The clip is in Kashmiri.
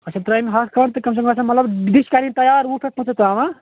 اَچھا ترٛامہِ ہتھ کھَنٛڈ تہٕ کم سے کم گَژھَن مَطلَب ڈِش کَرٕنۍ تیار وُہ پٮ۪ٹھ پٕنٛژٕہ تام ہا